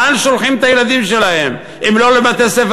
לאן הם שולחים את הילדים שלהם אם לא לבתי-ספר